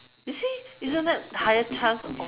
you see isn't that higher chance of